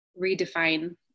redefine